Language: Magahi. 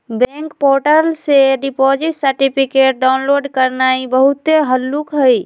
बैंक पोर्टल से डिपॉजिट सर्टिफिकेट डाउनलोड करनाइ बहुते हल्लुक हइ